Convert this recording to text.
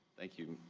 thank you